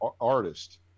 artist